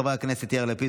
חברי הכנסת יאיר לפיד,